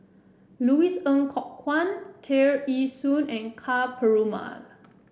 Louis Ng Kok Kwang Tear Ee Soon and Ka Perumal